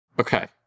Okay